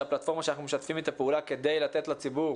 הפלטפורמה שאנחנו משתפים אתה פעולה כדי לתת לציבור